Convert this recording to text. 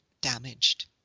damaged